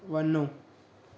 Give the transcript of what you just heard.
वञो